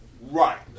Right